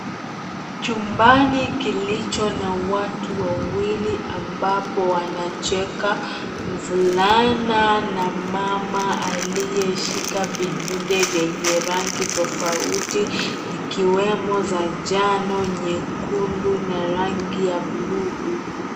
Chumbani kilicho na watu wawili ambapo wanacheka mvulana na mama aliye shika vidude vyenye rangi tofauti ikiwemo za njano nyekundu na rangi ya bluu.